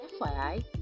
FYI